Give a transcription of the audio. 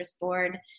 board